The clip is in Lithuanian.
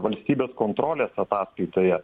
valstybės kontrolės ataskaitoje